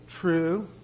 true